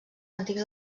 antics